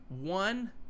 one